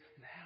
now